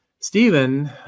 Stephen